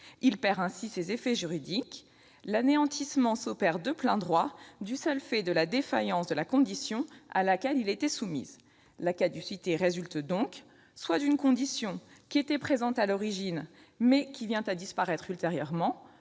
Il perd ainsi ses effets juridiques. L'anéantissement s'opère de plein droit du seul fait de la défaillance de la condition à laquelle il était soumis. La caducité résulte donc soit d'une condition qui était présente à l'origine, mais qui vient à disparaître ultérieurement,